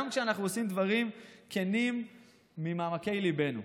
כשאנחנו עושים דברים כנים ממעמקי ליבנו.